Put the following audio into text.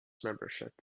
membership